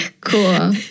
cool